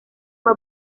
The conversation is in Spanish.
fue